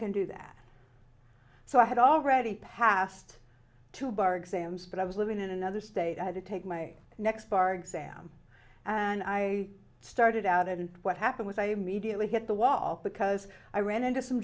can do that so i had already passed two bar exams but i was living in another state i had to take my next bar exam and i started out and what happened was i immediately hit the wall because i ran into some